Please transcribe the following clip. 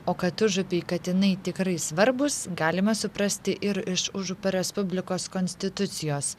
o kad užupy katinai tikrai svarbūs galima suprasti ir iš užupio respublikos konstitucijos